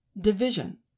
division